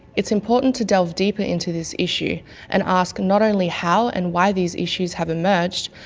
it's important to delve deeper into this issue and ask not only how and why these issues have emerged,